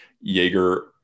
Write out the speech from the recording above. Jaeger